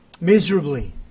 miserably